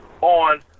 on